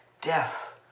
death